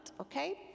okay